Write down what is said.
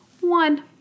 one